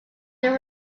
there